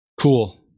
Cool